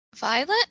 Violet